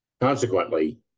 Consequently